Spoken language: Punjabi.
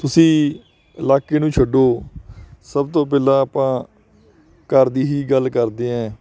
ਤੁਸੀਂ ਇਲਾਕੇ ਨੂੰ ਛੱਡੋ ਸਭ ਤੋਂ ਪਹਿਲਾਂ ਆਪਾਂ ਘਰ ਦੀ ਹੀ ਗੱਲ ਕਰਦੇ ਹਾਂ